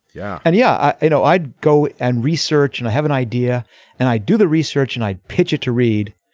yeah and yeah i know i'd go and research and i have an idea and i do the research and i pitched it to reid.